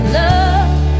love